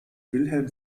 wilhelm